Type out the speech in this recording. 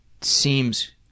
seems